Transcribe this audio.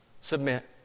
Submit